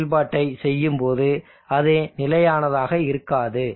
செயல்பாட்டைச் செய்யும்போது அது நிலையானதாக இருக்காது